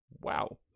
Wow